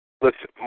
Listen